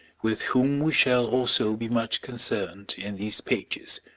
with whom we shall also be much concerned in these pages,